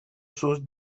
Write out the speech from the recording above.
sus